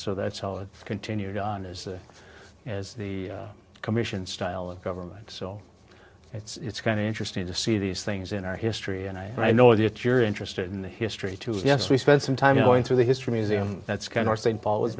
so that's all it continued on as is the commission style of government so it's kind of interesting to see these things in our history and i know that you're interested in the history too as yes we spent some time going through the history museum that's kind or st paul was